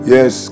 Yes